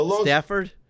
Stafford